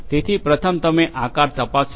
તેથી પ્રથમ તમે આકાર તપાસી લો